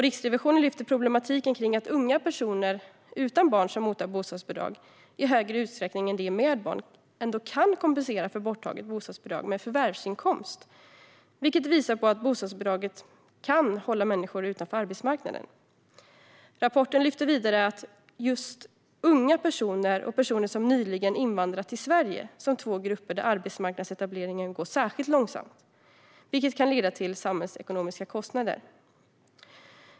Riksrevisionen lyfter fram problematiken kring att unga personer utan barn som mottar bostadsbidrag i större utsträckning än personer med barn kan kompensera för borttaget bostadsbidrag med förvärvsinkomst. Detta visar på att bostadsbidraget kan hålla människor utanför arbetsmarknaden. Rapporten lyfter vidare fram just unga personer och personer som nyligen har invandrat till Sverige som två grupper där arbetsmarknadsetableringen går särskilt långsamt, vilket kan leda till samhällsekonomiska kostnader.